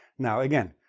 now, again,